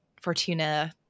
Fortuna